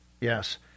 yes